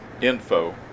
info